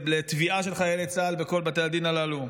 לתביעה של חיילי צה"ל בכל בתי הדין הללו,